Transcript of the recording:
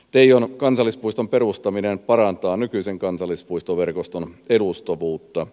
teijon kansallispuiston perustaminen parantaa nykyisen kansallispuistoverkoston edustavuutta